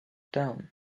down